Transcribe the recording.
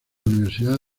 universidad